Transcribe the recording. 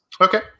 Okay